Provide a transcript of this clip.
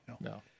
no